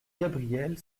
gabrielle